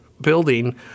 building